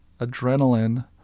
adrenaline